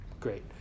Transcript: great